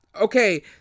Okay